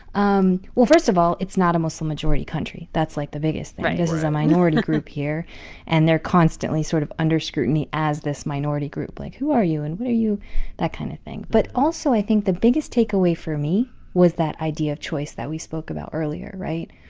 um well, first of all, it's not a muslim majority country. that's, like, the biggest thing right right this is a minority group here and they're constantly sort of under scrutiny as this minority group. like, who are you and what are you that kind of thing. but also, i think, the biggest takeaway for me was that idea of choice that we spoke about earlier, right?